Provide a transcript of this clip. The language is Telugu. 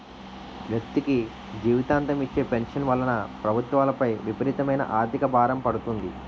వ్యక్తికి జీవితాంతం ఇచ్చే పెన్షన్ వలన ప్రభుత్వాలపై విపరీతమైన ఆర్థిక భారం పడుతుంది